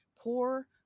poor